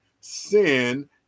Sin